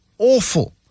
Awful